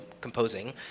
composing